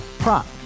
Prop